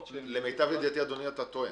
למיטב ידיעתי, אדוני, אתה טועה.